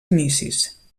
inicis